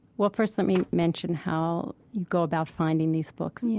well, first let me mention how you go about finding these books. and yeah